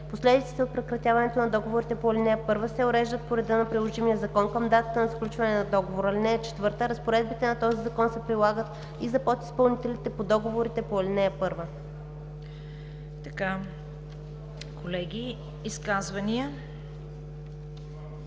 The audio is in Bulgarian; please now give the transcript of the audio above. Последиците от прекратяването на договорите по ал. 1 се уреждат по реда на приложимия закон към датата на сключване на договора. (4) Разпоредбите на този закон се прилагат и за подизпълнителите по договорите по ал. 1.“